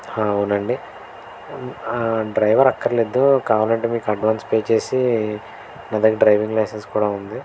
అవునండి డ్రైవర్ అక్కర్లేదు కావాలంటే మీకు అడ్వాన్స్ పే చేసీ నా దగ్గర డ్రైవింగ్ లైసెన్స్ కూడా ఉంది